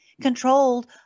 controlled